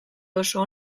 oso